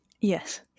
yes